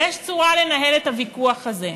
ויש צורה לנהל את הוויכוח הזה.